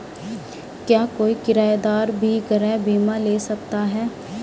क्या कोई किराएदार भी गृह बीमा ले सकता है?